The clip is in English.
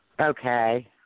Okay